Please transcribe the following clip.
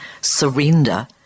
surrender